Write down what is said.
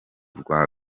rwa